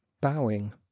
bowing